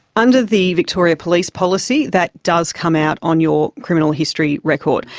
under the victoria police policy that does come out on your criminal history record.